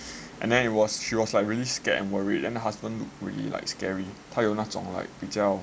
and then it was she was like really scared and worried and her husband look really like scary 它有那种 like 比较